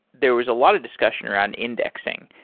there was a lot of discussion around indexing,